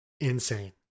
Insane